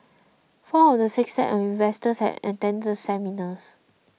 four of the six sets of investors had attended the seminars